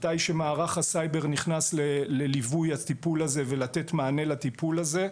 מתי שמערך הסייבר נכנס לליווי הטיפול הזה ולתת מענה לטיפול הזה,